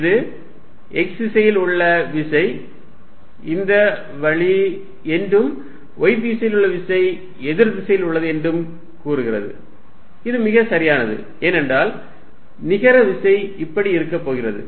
இது X திசையில் உள்ள விசை இந்த வழி என்றும் y திசையில் விசை எதிர் திசையில் உள்ளது என்றும் கூறுகிறது இது மிக சரியானது ஏனெனில் நிகர விசை இப்படி இருக்கப் போகிறது